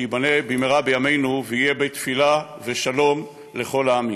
שייבנה במהרה בימינו ויהיה בית תפילה ושלום לכל העמים.